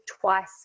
twice